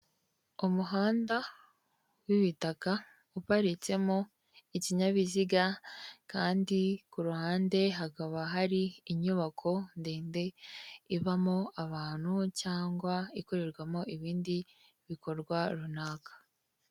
Umuhanda w'ibitaka uparitsemo ikinyabiziga kandi ku ruhande hakaba hari inyubako ndende ibamo abantu cyangwa ikorerwamo ibindi bikorwa runaka.